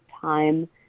time